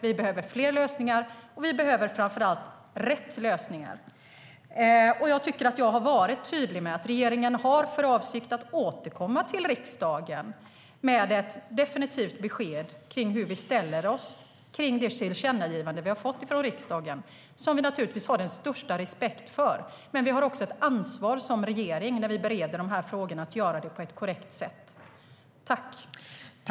Vi behöver fler lösningar och framför allt rätt lösningar. Överläggningen var härmed avslutad.